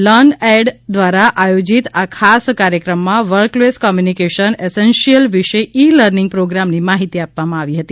learn ed દ્વારા આયોજિત આ ખાસ કાર્યક્રમમાં વર્કપ્લેસ કોમ્યુનિકેશન એસેન્શીયલ્સ વિષે ઈ લર્નિંગ પ્રોગ્રામની માહિતી આપવામાં આવી હતી